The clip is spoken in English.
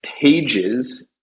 pages